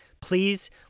Please